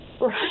Right